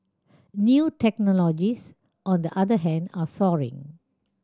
new technologies on the other hand are soaring